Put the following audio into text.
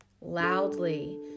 Loudly